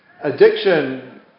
Addiction